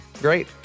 Great